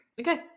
Okay